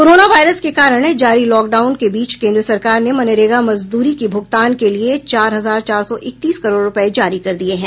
corona virus के कारण जारी लॉकडाउन के बीच केंद्र सरकार ने मनरेगा मजदूरी की भुगतान के लिये चार हजार चार सौ इकतीस करोड़ रूपये जारी कर दिये हैं